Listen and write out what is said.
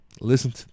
listen